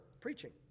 preaching